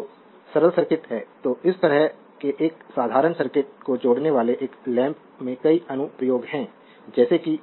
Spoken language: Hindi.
तो यह सरल सर्किट है तो इस तरह के एक साधारण सर्किट को जोड़ने वाले एक लैंप में कई अनुप्रयोग हैं जैसे कि